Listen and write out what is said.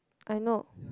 I know